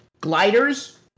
Gliders